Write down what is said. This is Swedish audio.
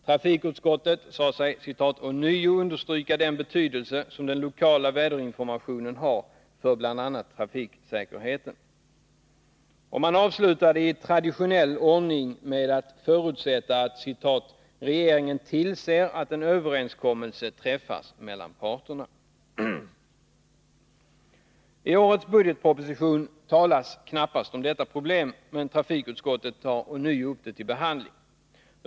Trafikutskottet sade sig då ”ånyo understryka den betydelse som den lokala väderinformationen har för bl.a. trafiksäkerheten”. Man avslutade i traditionell ordning med att förutsätta att ”regeringen tillser att” en ”överenskommelse träffas mellan parterna”. I årets budgetproposition talas knappast om detta problem, men trafikutskottet tar ånyo upp frågan till behandling.